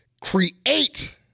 create